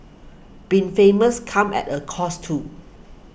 being famous comes at a cost too